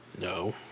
No